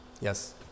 Yes